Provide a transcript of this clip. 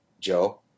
Joe